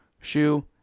shoe